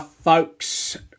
Folks